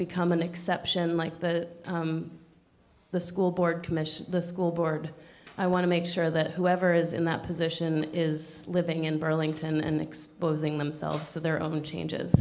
become an exception mike that the school board commission the school board i want to make sure that whoever is in that position is living in burlington and exposing themselves to their own changes